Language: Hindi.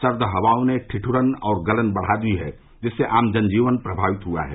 सर्द हवाओं ने ठिद्रन और गलन बढ़ा दी है जिससे आम जन जीवन प्रमावित हुआ है